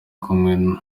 kumwe